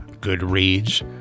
Goodreads